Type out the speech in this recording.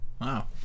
wow